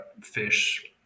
fish